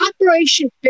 Operation